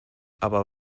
aber